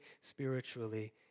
spiritually